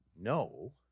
no